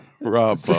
Rob